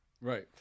Right